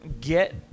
get